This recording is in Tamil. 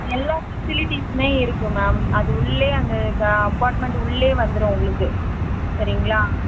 எல்லா ஃபெசிலிட்டிஸ்சுமே இருக்குது மேம் அது உள்ளே அந்த கா அபார்ட்மெண்ட் உள்ளே வந்துடும் உங்களுக்கு சரிங்களா